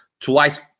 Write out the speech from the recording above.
twice